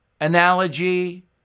analogy